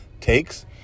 takes